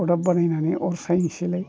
अदाब बानायनानै अर सायनसैलाय